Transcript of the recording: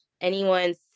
anyone's